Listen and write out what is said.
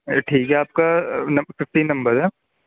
یہ ٹھیک ہے آپ کا ففٹین نمبر ہے